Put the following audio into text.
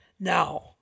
Now